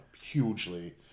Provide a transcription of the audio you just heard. hugely